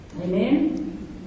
Amen